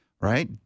right